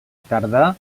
tardà